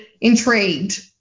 intrigued